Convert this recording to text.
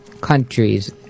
countries